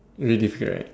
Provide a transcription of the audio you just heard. really difficult right